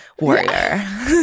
Warrior